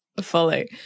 Fully